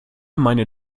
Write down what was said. meine